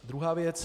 Druhá věc.